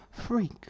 freak